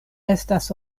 estas